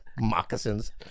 moccasins